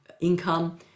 income